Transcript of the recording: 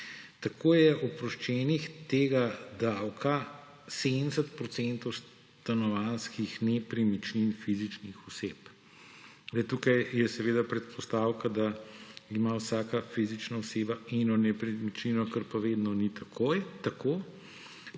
Tako je oproščenih tega davka 70 odstotkov stanovanjskih nepremičnin fizičnih oseb. Tukaj je predpostavka, da ima vsaka fizična oseba eno nepremičnino, kar pa vedno ni tako,